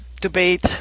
debate